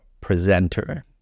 presenter